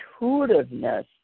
intuitiveness